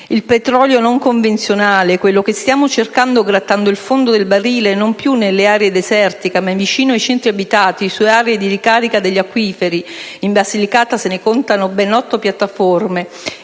Il petrolio non convenzionale, quello che stiamo cercando «grattando il fondo del barile» non più nelle aree desertiche, ma vicino ai centri abitati su aree di ricarica degli acquiferi (in Basilicata se ne contano ben 8 piattaforme),